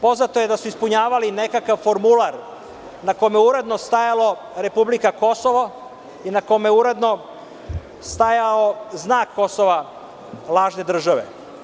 Poznato je da su ispunjavali nekakav drugi formular na kome je uredno stajalo republika Kosovo i na kome je uredno stajao znak Kosova lažne države.